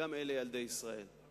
וגם אלה ילדי ישראל.